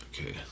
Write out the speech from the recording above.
Okay